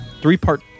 three-part